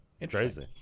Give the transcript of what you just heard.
Interesting